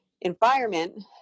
environment